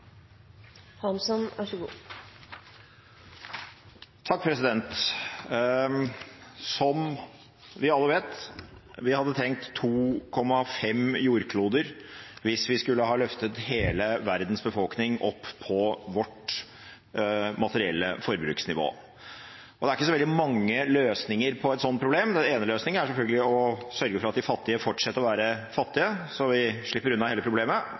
Som vi alle vet, hadde vi trengt 2,5 jordkloder hvis vi skulle ha løftet hele verdens befolkning opp på vårt materielle forbruksnivå. Det er ikke så veldig mange løsninger på et slikt problem. Den ene løsningen er selvfølgelig å sørge for at de fattige fortsetter å være fattige, slik at vi slipper unna hele problemet.